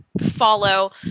Follow